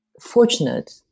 fortunate